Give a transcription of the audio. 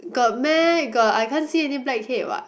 got meh got I can't see any blackhead what